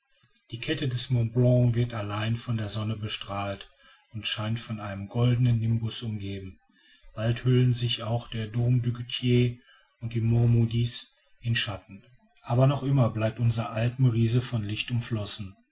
die kette des mont blanc wird allein von der sonne bestrahlt und scheint von einem goldenen nimbus umgeben bald hüllen sich auch der dom du goter und die monts maudits in schatten aber noch immer bleibt unser alpenriese von licht umflossen